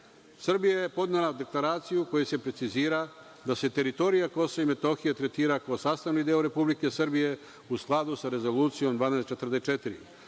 Srbija je podnela Deklaraciju u kojoj se precizira da se teritorija KiM tretira kao sastavni deo Republike Srbije u skladu sa Rezolucijom 1244,